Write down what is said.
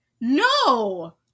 no